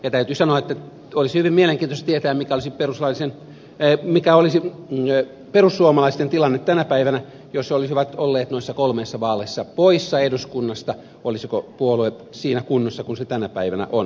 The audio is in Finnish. täytyy sanoa että olisi hyvin mielenkiintoista tietää mikä olisi perussuomalaisten tilanne tänä päivänä jos he olisivat olleet noissa kolmessa vaaleissa poissa eduskunnasta olisiko puolue siinä kunnossa jossa se tänä päivänä on